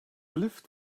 lift